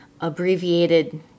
abbreviated